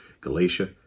Galatia